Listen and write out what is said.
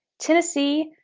tennessee,